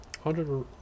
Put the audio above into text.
Hundred